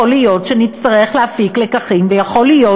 יכול להיות שנצטרך להפיק לקחים ויכול להיות